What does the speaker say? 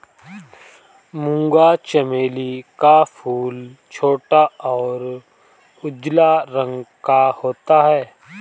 मूंगा चमेली का फूल छोटा और उजला रंग का होता है